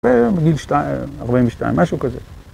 בגיל 2, 42, משהו כזה.